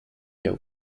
you